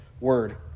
word